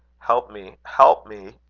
help me, help me!